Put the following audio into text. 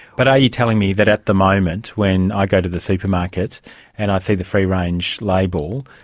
but are you telling me that at the moment when i go to the supermarket and i see the free range label,